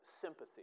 sympathy